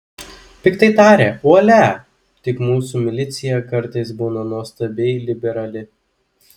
piktai tarė uolia tik mūsų milicija kartais būna nuostabiai liberali